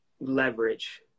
leverage